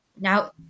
now